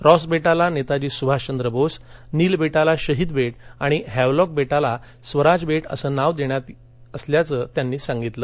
Ross बेटाला Netaji Subhashchandra Bose Neil बेटाला शहीद बेट आणि हॅवलॉक बेटाला स्वराज बेट असं नाव देण्यात आल्याचं त्यांनी सांगितलं